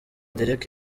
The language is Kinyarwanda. derek